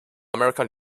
american